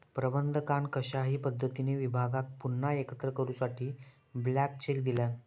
प्रबंधकान कशाही पद्धतीने विभागाक पुन्हा एकत्र करूसाठी ब्लँक चेक दिल्यान